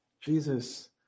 Jesus